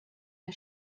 wir